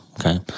okay